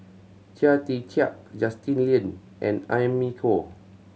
Chia Tee Chiak Justin Lean and Amy Khor